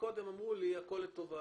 קודם אמרו לי שהכול לטובה.